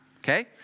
okay